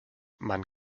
man